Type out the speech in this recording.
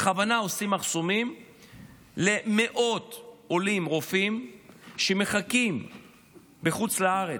עושים מחסומים למאות עולים רופאים שמחכים בחוץ לארץ,